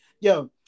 yo